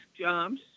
jobs